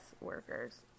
workers